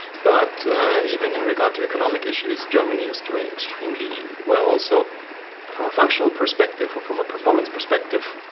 but even in regard to economic issues, germany is doing extremely well. so from a functional perspective or from a performance perspective,